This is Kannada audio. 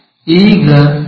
ಆಗಿದೆ